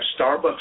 Starbucks